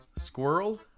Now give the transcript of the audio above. Squirrel